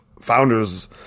founders